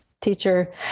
teacher